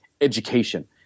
education